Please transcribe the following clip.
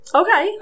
okay